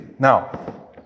Now